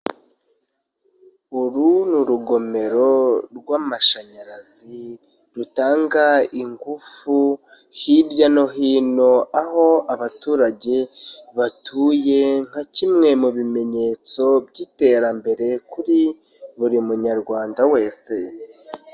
Uru ni urugomero rw'amashanyarazi, rutanga ingufu hirya no hino, aho abaturage batuye nka kimwe mu bimenyetso by'iterambere kuri buri munyarwanda wese.